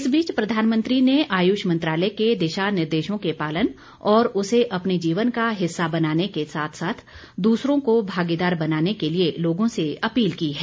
इस बीच प्रधानमंत्री नरेन्द्र मोदी ने आयुष मंत्रालय के दिशा निर्देशों के पालन और उसे अपने जीवन का हिस्सा बनाने के साथ साथ दूसरों को भागीदार बनाने के लिए लोगों से अपील की है